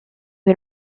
che